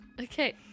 Okay